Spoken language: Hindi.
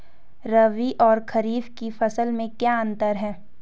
रबी और खरीफ की फसल में क्या अंतर है?